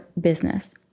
business